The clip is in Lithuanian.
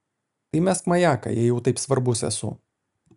tai mesk majaką jei jau taip svarbus esu